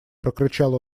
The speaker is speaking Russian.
прокричал